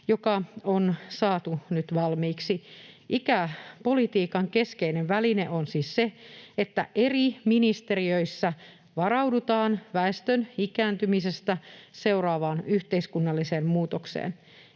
joka on saatu nyt valmiiksi. Ikäpolitiikan keskeinen väline on siis se, että eri ministeriöissä varaudutaan väestön ikääntymisestä seuraavaan yhteiskunnalliseen muutokseen.